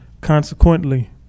Consequently